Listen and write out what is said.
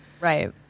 Right